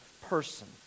person